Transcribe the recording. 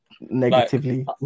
negatively